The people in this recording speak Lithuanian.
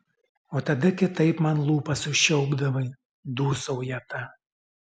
o tada kitaip man lūpas užčiaupdavai dūsauja ta